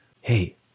hey